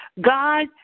God